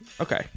Okay